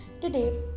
Today